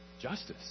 justice